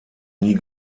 nie